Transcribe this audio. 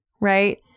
right